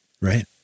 Right